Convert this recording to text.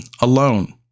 alone